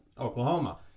Oklahoma